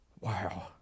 Wow